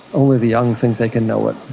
only the young think they can know it.